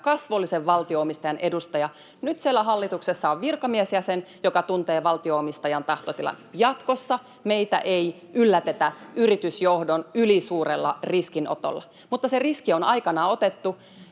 kasvollisen valtio-omistajan edustaja. Nyt siellä hallituksessa on virkamiesjäsen, joka tuntee valtio-omistajan tahtotilan. Jatkossa meitä ei yllätetä yritysjohdon ylisuurella riskinotolla. Mutta se riski on aikanaan otettu,